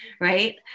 right